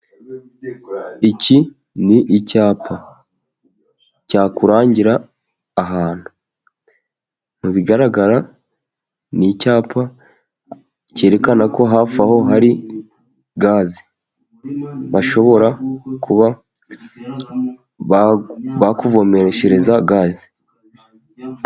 Iki ni icyapa cyakurangira ahantu , mu bigaragara ni icyapa cyerekana ko hafi aho hari gaze, bashobora kuba bakuvomeshereza gaze.